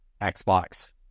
Xbox